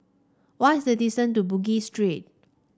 what is the distance to Bugis Street